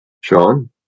Sean